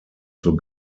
zur